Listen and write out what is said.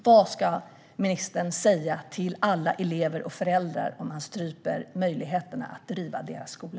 Vad ska ministern säga till alla elever och föräldrar om man stryper möjligheterna att driva deras skola?